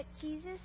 Jesus